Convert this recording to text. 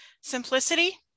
Simplicity